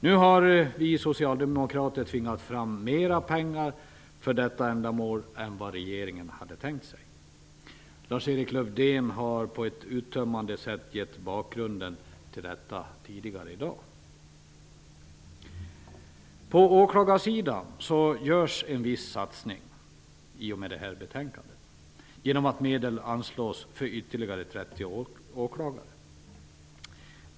Nu har vi socialdemokrater tvingat fram mera pengar för detta ändamål än vad regeringen hade tänkt sig. Lars-Erik Lövdén har på ett uttömmande sätt gett bakgrunden till detta tidigare i dag. I och med detta betänkande görs det en viss satsning på åklagarsidan genom att medel anslås för att anställa ytterligare 30 åklagare.